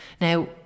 Now